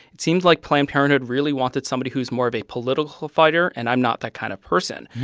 it seems like planned parenthood really wanted somebody who's more of a political fighter. and i'm not that kind of person.